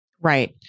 Right